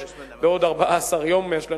עוד 14 יום יש לנו,